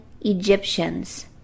Egyptians